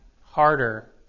harder